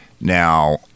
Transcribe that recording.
Now